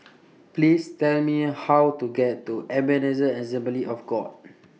Please Tell Me How to get to Ebenezer Assembly of God